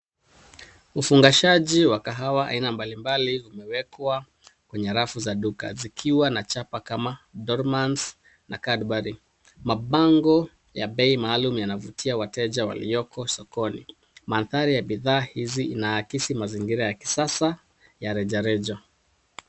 Ufungashaji wa kahawa aina mbalimbali umewekwa kwenye rafu za duka zikiwa na chapa kama Dormahns Cadburry. Mabango ya bei maalum yanavutia wateja walioko sokoni. Mandhari ya bidhaa hizi inaakisi mazingira ya kisasa ya rejareja.